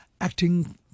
acting